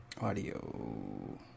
Audio